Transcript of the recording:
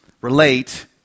relate